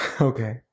Okay